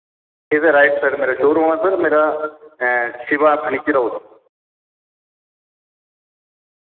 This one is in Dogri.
एह्दे राइट साइड मेरा शोरूम ऐ सर मेरा शिवा फर्नीचर हाउस